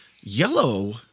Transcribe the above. Yellow